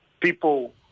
people